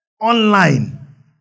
Online